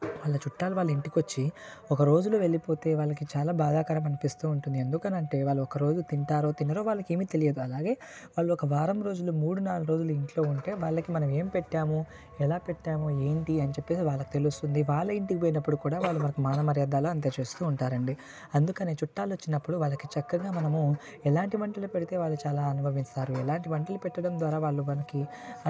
వాళ్ళ చుట్టాలు వాళ్ళ ఇంటికి వచ్చి ఒక రోజులో వెళ్ళిపోతే వాళ్ళకి చాలా బాధాకరం అనిపిస్తు ఉంటుంది ఎందుకని అంటే వాళ్ళు ఒకరోజు తింటారు తినరో వాళ్ళకి ఏమీ తెలియదు అలాగే వాళ్ళు ఒక వారం రోజులు మూడున్నర రోజులు వాళ్ళు ఇంట్లో ఉంటే వాళ్ళకి మనం ఏం పెట్టాము ఎలా పెట్టాము ఏంటి అని చెప్పేసి వాళ్ళకి తెలుస్తుంది వాళ్ళ ఇంటికి పోయినప్పుడు కూడా వాళ్ళు మనకి మానం మర్యాదలు అంతా మనకి చేస్తు ఉంటారు అండి అందుకనే చుట్టాలు వచ్చినప్పుడు వాళ్ళకి చక్కగా మనము ఎలాంటి వంటలు పెడితే వాళ్ళు చాలా ఆనందిస్తారు ఇలాంటి వంటలు పెట్టడం ద్వారా వాళ్ళు మనకి